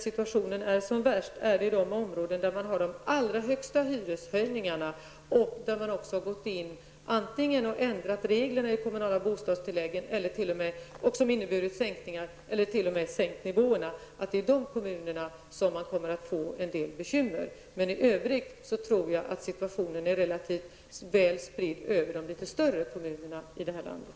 Situationen är som värst i de områden där man har de allra högsta hyreshöjningarna och där man har gått in och antingen ändrat reglerna för kommunala bostadstillägg, vilket inneburit sänkningar, eller t.o.m. sänkt nivåerna. Det är i de kommunerna man kommer att få en del bekymmer. I övrigt tror jag att problemen är relativt väl spridda över de litet större kommunerna här i landet.